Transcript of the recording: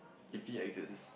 it free accesses